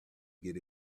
get